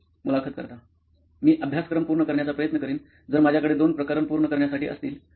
मुलाखत कर्ता मी अभ्यासक्रम पूर्ण करण्याचा प्रयत्न करिन जर माझ्याकडे दोन प्रकरण पूर्ण करण्यासाठी असतील तर